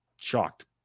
shocked